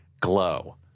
Glow